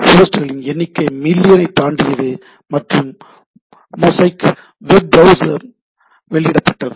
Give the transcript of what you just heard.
host களின் எண்ணிக்கை மில்லியனைத் தாண்டியது மற்றும் மொசைக் வெப் பிரவுசர் வெளியிடப்பட்டது